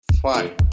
five